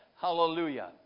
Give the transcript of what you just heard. Hallelujah